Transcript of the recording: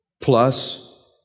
plus